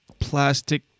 Plastic